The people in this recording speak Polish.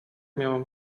miałam